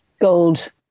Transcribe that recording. gold